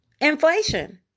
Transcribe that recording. Inflation